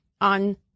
on